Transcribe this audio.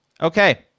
Okay